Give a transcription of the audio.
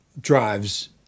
drives